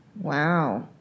Wow